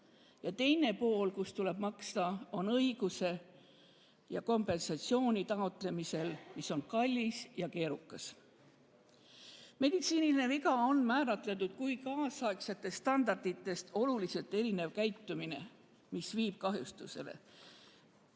Ja teine pool, kus tuleb maksta, on õiguse ja kompensatsiooni taotlemisel, mis on kallis ja keerukas. Meditsiiniline viga on määratletud kui kaasaegsetest standarditest oluliselt erinev käitumine, mis viib kahjustusele.